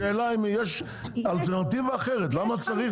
השאלה אם יש אלטרנטיבה אחרת למה צריך